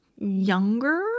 younger